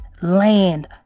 land